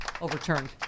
overturned